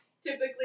typically